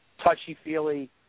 touchy-feely